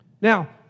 Now